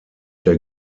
der